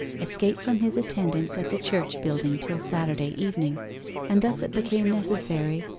escape from his attendance at the church-building till saturday evening and thus it became necessary,